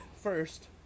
First